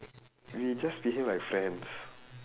we just behave like friends